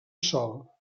sol